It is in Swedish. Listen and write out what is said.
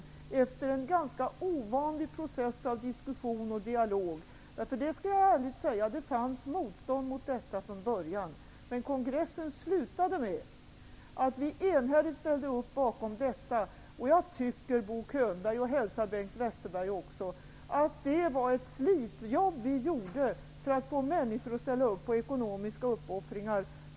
Detta skedde efter en ganska ovanlig process bestående av diskussioner och en dialog. Jag skall vara ärlig och säga att det från början fanns ett motstånd mot detta. Men kongressen slutade med att vi enhälligt ställde oss bakom detta. Det var, Bo Könberg -- och hälsa det till Bengt Westerberg -- ett slitjobb att få människor att ställa upp på ekonomiska uppoffringar.